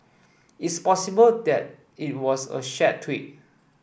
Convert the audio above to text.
it's possible that it was a shared tweet